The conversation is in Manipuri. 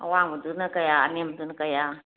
ꯑꯋꯥꯡꯕꯗꯨꯅ ꯀꯌꯥ ꯑꯅꯦꯝꯕꯗꯨꯅ ꯀꯌꯥ